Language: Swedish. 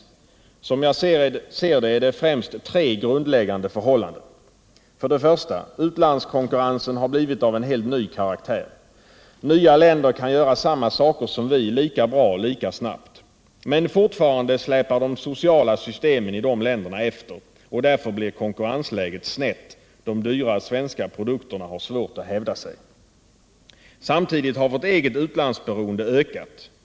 Som jag ser det är det främst tre grundläggande förhållanden: 1. Utlandskonkurrensen har blivit av en helt ny karaktär. Nya länder kan göra samma saker som vi lika bra, lika snabbt. Men fortfarande släpar de sociala systemen där efter. Därför blir konkurrensläget snett, de dyra svenska produkterna har svårt att hävda sig. Samtidigt har vårt eget utlandsberoende ökat.